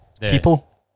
People